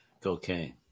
Cocaine